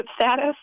status